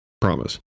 Promise